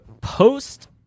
post